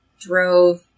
drove